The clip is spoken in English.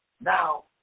Now